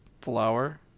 flour